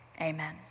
Amen